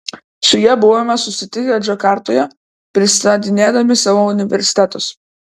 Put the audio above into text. su ja buvome susitikę džakartoje pristatinėdami savo universitetus